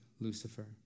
Lucifer